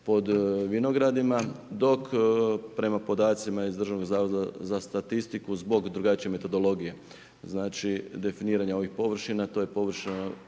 pod vinogradima, dok, prema podacima iz Državnog zavoda za statistiku zbog drugačije metodologije. Znači definiranje ovih površina, to je površina